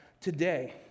today